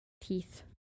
teeth